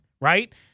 right